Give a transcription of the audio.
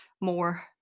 more